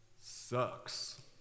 sucks